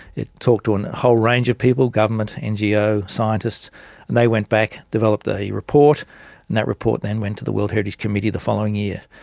it talked to a whole range of people government, ngo, scientists and they went back, developed a report and that report then went to the world heritage committee the following year.